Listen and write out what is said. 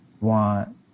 want